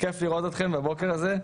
כיף לראות אתכם ביום הזה.